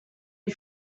you